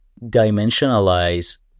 dimensionalize